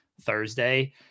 Thursday